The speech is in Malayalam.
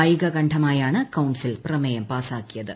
ഏകകണ്ഠമായാണ് കൌൺസ്റ്റീൽ പ്രമേയം പാസ്സാക്കിയത്